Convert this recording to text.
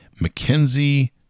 Mackenzie